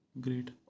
Great